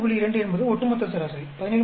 2 என்பது ஒட்டுமொத்த சராசரி 17